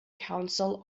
council